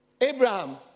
Abraham